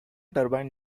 turbine